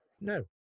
No